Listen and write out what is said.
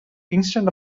kingston